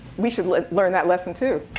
we should learn that lesson too.